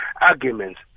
arguments